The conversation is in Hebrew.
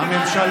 עודד,